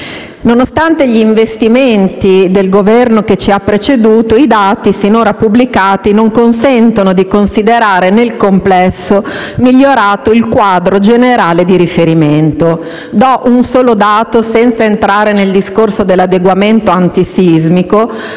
Nonostante gli investimenti del Governo che ci ha preceduto, i dati sinora pubblicati non consentono di considerare nel complesso migliorato il quadro generale di riferimento. Do un solo dato, senza entrare nel discorso dell'adeguamento antisismico: